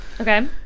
Okay